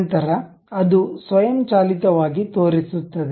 ನಂತರ ಅದು ಸ್ವಯಂಚಾಲಿತವಾಗಿ ತೋರಿಸುತ್ತದೆ